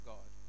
God